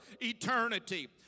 eternity